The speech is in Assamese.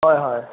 হয় হয়